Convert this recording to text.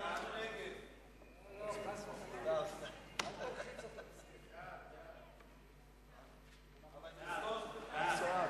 הממשלה לחזור ולהכריז על מצב חירום נתקבלה.